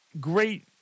great